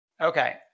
Okay